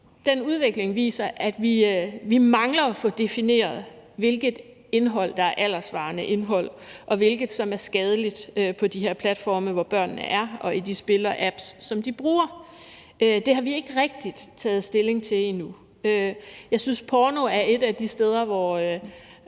den udvikling viser, at vi mangler at få defineret, hvilket indhold der er alderssvarende og hvilket der er skadeligt på de her platforme, hvor børnene er, og i de spil og apps, som de bruger. Det har vi ikke rigtig taget stilling til endnu. Jeg synes, at porno er et af de steder, hvor